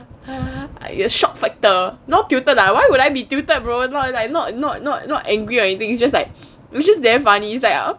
is shock factor not tilted lah why would I be tilted bro right I not not not not angry or anything it's just like it's just damn funny is like